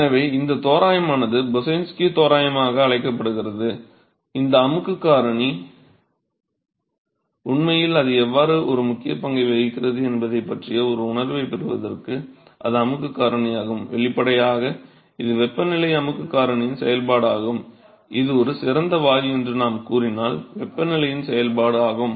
எனவே இந்த தோராயமானது பொசைன்ஸ்க்யூ தோராயமாக அழைக்கப்படுகிறது இந்த அமுக்குக் காரணி உண்மையில் அது எவ்வாறு ஒரு முக்கிய பங்கை வகிக்கிறது என்பதைப் பற்றிய ஒரு உணர்வைப் பெறுவதற்கு இது அமுக்குக் காரணியாகும் வெளிப்படையாக இது வெப்பநிலை அமுக்குக் காரணியின் செயல்பாடாகும் இது ஒரு சிறந்த வாயு என்று நாம் கூறினால் வெப்பநிலையின் செயல்பாடு ஆகும்